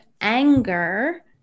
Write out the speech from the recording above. anger